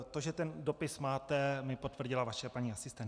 To, že ten dopis máte, mi potvrdila vaše paní asistentka.